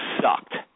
sucked